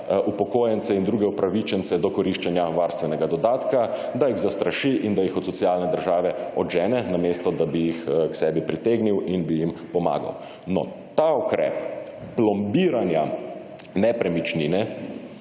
upokojence in druge upravičence do koriščenja varstvenega dodatka, da jih zastraši in da jih od socialne države odžene namesto, da bi jih k sebi pritegnil in bi jim pomagal. No, ta ukrep plombiranja nepremičnine,